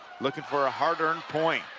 looking for a hard-earned point.